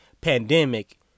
pandemic